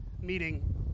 meeting